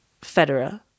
Federer